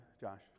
Josh